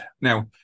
now